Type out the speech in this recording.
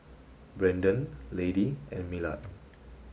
Brandan Lady and Millard